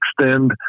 extend